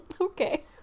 Okay